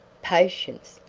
patience!